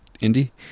Indy